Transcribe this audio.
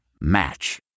Match